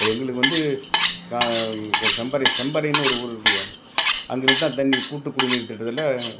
இப்போ எங்களுக்கு வந்து க இப்போ செம்பறை செம்பறைன்னு ஒரு ஊர் இருக்குங்க அங்கேருந்து தான் தண்ணி கூட்டு குடிநீர் திட்டத்தில்